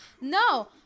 No